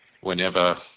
whenever